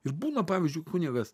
ir būna pavyzdžiui kunigas